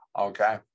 okay